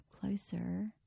closer